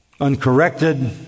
Uncorrected